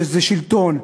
זה שלטון.